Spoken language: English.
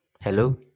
hello